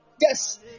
yes